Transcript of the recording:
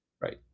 Right